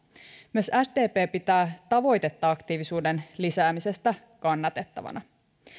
myös sdp pitää tavoitetta aktiivisuuden lisäämisestä kannatettavana